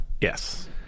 Yes